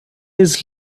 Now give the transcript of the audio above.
his